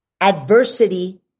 adversity